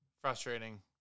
Frustrating